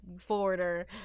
forwarder